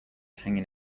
hanging